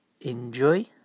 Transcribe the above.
enjoy